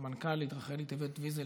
ולמנכ"לית רחלי טבת-ויזל,